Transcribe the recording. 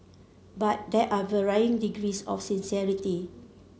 but there are varying degrees of sincerity